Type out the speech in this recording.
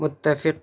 متفق